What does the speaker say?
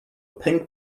pink